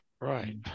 right